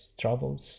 troubles